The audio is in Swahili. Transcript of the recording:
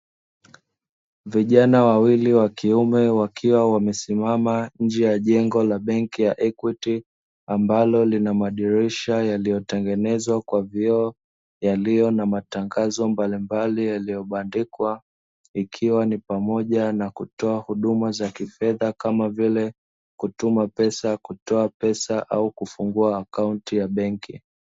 Vijana wawili wakiume wakiwa wamesimama nje ya jengo la benki ya "Equity" ambalo lina madirisha yaliyo tengenezwa kwa vioo yalio na matangazo mbalimbali yaliyobandikwa ikiwa ni pamoja na kutoa huduma za kifedha, kama vile kutuma pesa, kutoa pesa au kufungua akaunti ya benki.